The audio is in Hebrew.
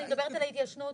אני מדברת על ההתיישנות.